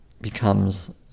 becomes